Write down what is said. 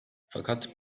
fakat